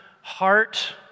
heart